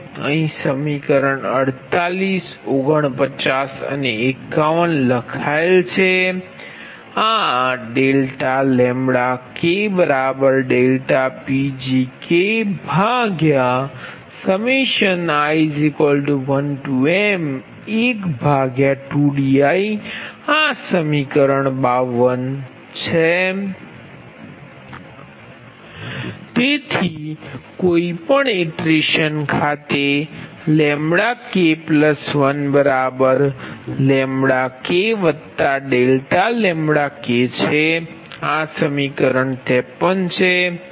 અહીં સમીકરણ 48 49 અને 51 લખાયેલ છે આ ∆K∆PgKi1m12di સમીકરણ 52 છે તેથી કોઈ પણ ઇટરેશન ખાતે K1K∆Kછે આ સમીકરણ 53 છે